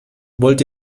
wollt